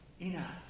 Enough